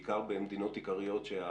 בעיקר במדינות עיקריות,